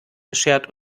beschert